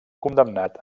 condemnat